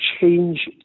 change